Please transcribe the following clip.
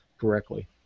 correctly